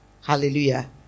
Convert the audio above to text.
Hallelujah